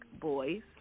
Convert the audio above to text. boys